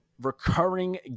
recurring